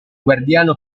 guardiano